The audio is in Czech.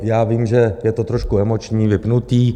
Já vím, že je to trošku emoční, vypnuté.